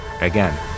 again